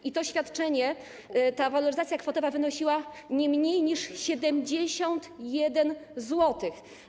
I to świadczenie, ta waloryzacja kwotowa wynosiła nie mniej niż 71 zł.